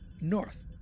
North